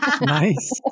Nice